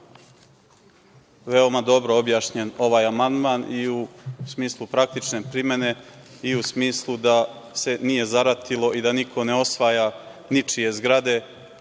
veoma dobro objašnjen ovaj amandman i u smislu praktične primene i u smislu da se nije zaratilo i da niko ne osvaja ničije zgrade,